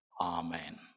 Amen